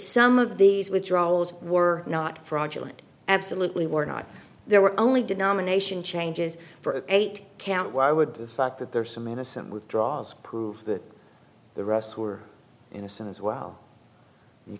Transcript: some of these withdrawals were not fraudulent absolutely were not there were only denomination changes for eight count why would the fact that there are some innocent withdrawals that the russe who are innocent as well you